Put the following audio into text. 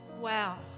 wow